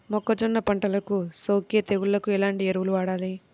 మొక్కజొన్న పంటలకు సోకే తెగుళ్లకు ఎలాంటి ఎరువులు వాడాలి?